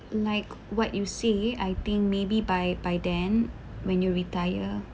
like what you say I think maybe by by then when you retire